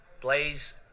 Blaze